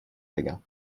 بگم